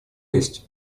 есть